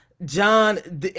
John